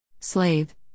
Slave